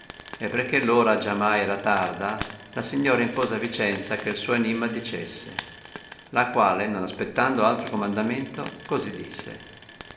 e perchè l'ora giamai era tarda la signora impose a vicenza che l suo enimma dicesse la quale non aspettando altro comandamento cosi disse